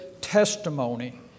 testimony